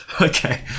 Okay